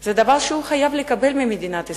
זה דבר שהוא חייב לקבל ממדינת ישראל,